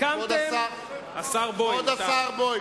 השר בוים.